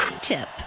tip